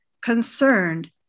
concerned